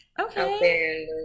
Okay